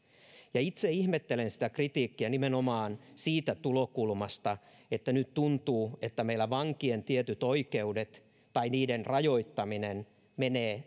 itse ihmettelen sitä kritiikkiä nimenomaan siitä tulokulmasta että nyt tuntuu että meillä vankien tietyt oikeudet tai niiden rajoittaminen menevät